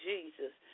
Jesus